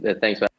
Thanks